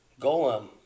Golem